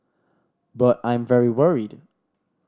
but I'm very worried